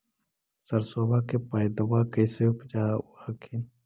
सरसोबा के पायदबा कैसे उपजाब हखिन?